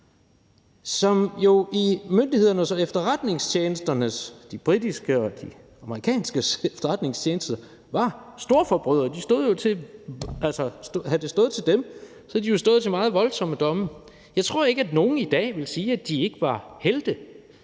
som jo i myndighedernes og efterretningstjenesternes – de britiske og de amerikanske efterretningstjenester – øjne var storforbrydere. Altså, havde det stået til dem, havde de jo stået til meget voldsomme domme. Jeg tror ikke, at nogen i dag vil sige, at de ikke var helte,